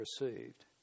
received